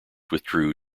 withdrew